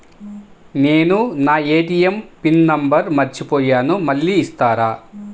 నేను నా ATM pin number మర్చిపోయాను మళ్ళీ ఇస్తారా?